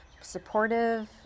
supportive